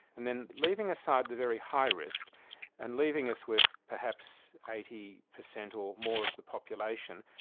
and then leaving aside the very high risk and leaving us with perhaps eighty percent or more of the population,